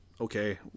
okay